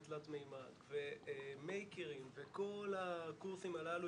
תלת מימד ומייקרים וכל הקורסים הללו,